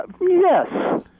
Yes